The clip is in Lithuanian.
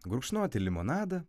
gurkšnoti limonadą